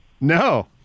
no